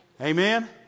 amen